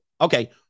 Okay